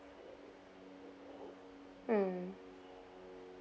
mm